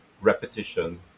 repetition